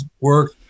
work